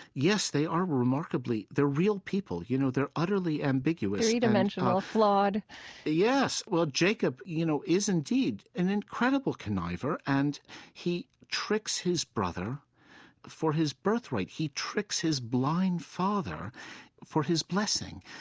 yes, they are remarkably they're real people. you know, they're utterly ambiguous, three-dimensional, flawed yes. well, jacob, you know, is, indeed, an incredible conniver, and he tricks his brother for his birthright. he tricks his blind father for his blessing,